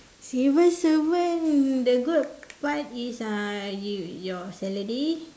civil servant the good part is uh you your salary